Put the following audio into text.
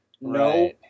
No